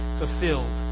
fulfilled